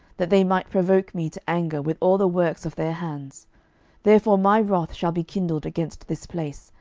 that they might provoke me to anger with all the works of their hands therefore my wrath shall be kindled against this place,